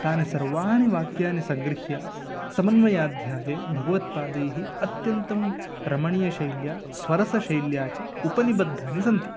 तानि सर्वाणि वाक्यानि सङ्गृह्य समन्वयाध्याये भगवत्पादैः अत्यन्तं रमणीयशैल्या स्वरसशैल्या च उपनिबद्धानि सन्ति